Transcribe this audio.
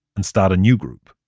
and start a new group.